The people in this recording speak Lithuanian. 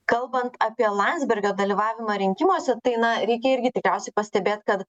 kalbant apie landsbergio dalyvavimą rinkimuose tai na reikia irgi tikriausiai pastebėt kad